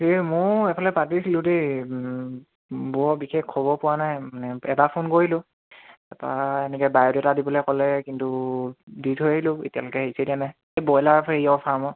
এই মইও এইফালে পাতিছিলোঁ দেই বৰ বিশেষ খবৰ পোৱা নাই মানে এটা ফোন কৰিলোঁ তাৰপৰা এনেকৈ বায়'ডাটা দিবলৈ ক'লে কিন্তু দি থৈ আহিলোঁ এতিয়ালৈকে হেৰি চেৰি দিয়া নাই এই ব্ৰইলাৰ ফাৰ্মৰ